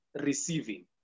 receiving